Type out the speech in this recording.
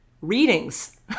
readings